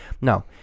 Now